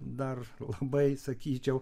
dar labai sakyčiau